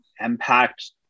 impact